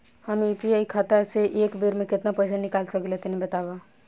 हम यू.पी.आई खाता से एक बेर म केतना पइसा निकाल सकिला तनि बतावा?